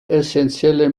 essenzielle